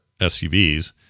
suvs